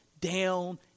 down